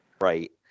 Right